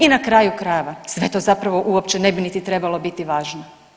I na kraju krajeva sve to zapravo uopće niti ne bi trebalo biti važno.